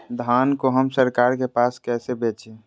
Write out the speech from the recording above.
धान को हम सरकार के पास कैसे बेंचे?